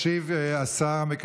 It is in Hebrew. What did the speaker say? ישיב ויסכם את הדיון השר